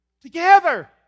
together